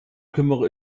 kümmere